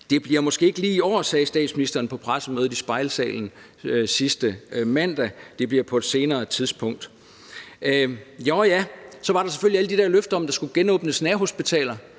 Det bliver måske ikke lige i år, sagde statsministeren på pressemødet i Spejlsalen sidste mandag – det bliver på et senere tidspunkt. Nå ja, så var der selvfølgelig alle de der løfter om, at der skulle genåbnes nærhospitaler,